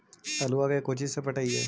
आलुआ के कोचि से पटाइए?